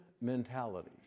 mentality